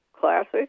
Classic